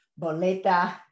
boleta